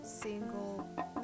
single